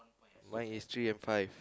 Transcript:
my is three and five